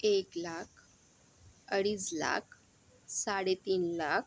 एक लाख अडीच लाख साडेतीन लाख